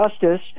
justice